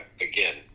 again